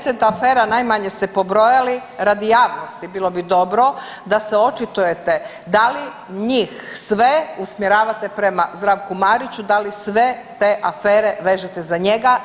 10 afera najmanje ste pobrojali, radi javnosti bilo bi dobro da se očitujete da li njih sve usmjeravate prema Zdravku Mariću, da li te sve afere vežete za njega.